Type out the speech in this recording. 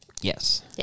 Yes